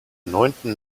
neunten